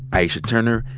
aisha turner,